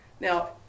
Now